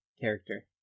character